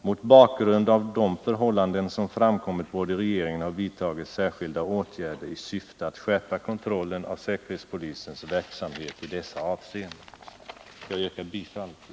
Mot bakgrund av de förhållan ” den som framkommit borde regeringen ha vidtagit särskilda åtgärder i syfte att skärpa kontrollen av säkerhetspolisens verksamhet i dessa avseen den. Jag yrkar bifall till detta.